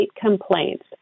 complaints